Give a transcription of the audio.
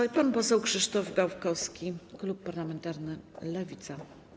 I pan poseł Krzysztof Gawkowski, klub parlamentarny Lewica.